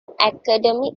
academy